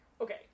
okay